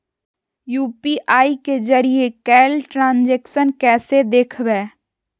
UPI के जरिए कैल ट्रांजेक्शन कैसे देखबै?